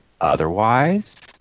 otherwise